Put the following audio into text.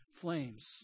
flames